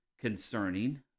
concerning